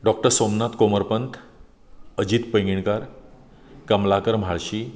Dr Somnath Komarpant Ajit Painginkar Kamalakar Mhalshi